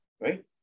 right